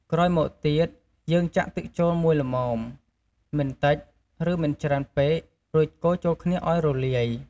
ក្រោយមកទៀត យើងចាក់ទឹកចូលមួយល្មម មិនតិច ឬមិនច្រើនពេក រួចកូរចូលគ្នាឱ្យរលាយ។